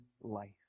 life